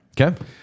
Okay